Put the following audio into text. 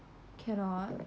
cannot